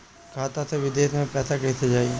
खाता से विदेश मे पैसा कईसे जाई?